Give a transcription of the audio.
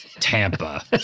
Tampa